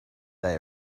they